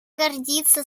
гордится